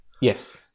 Yes